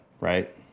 right